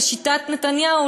בשיטת נתניהו,